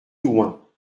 loin